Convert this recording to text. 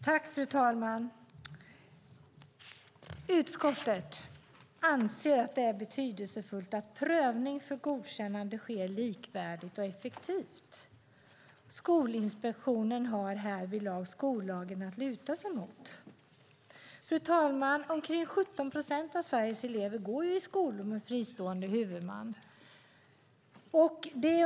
Fru talman! Utskottet anser att det är betydelsefullt att prövning för godkännande sker likvärdigt och effektivt. Skolinspektionen har härvidlag skollagen att luta sig mot. Fru talman! Omkring 17 procent av Sveriges elever går i skolor med fristående huvudman.